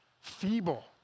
feeble